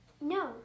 No